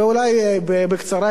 ואולי בקצרה,